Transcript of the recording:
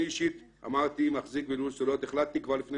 אני אישית מחזיק בלול סוללות והחלטתי כבר לפני